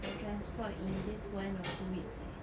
for transport in just one or two weeks eh